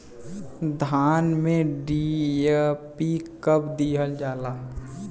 धान में डी.ए.पी कब दिहल जाला?